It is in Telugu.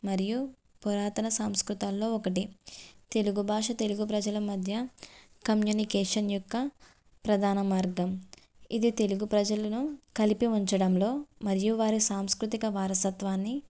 మరియు పురాతన సాంస్కృతాల్లో ఒకటి తెలుగు భాష తెలుగు ప్రజల మధ్య కమ్యూనికేషన్ యొక్క ప్రధాన మార్గం ఇది తెలుగు ప్రజలను కలిపి ఉంచడంలో మరియు వారి సాంస్కృతిక వారసత్వాన్ని